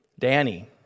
Danny